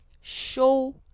show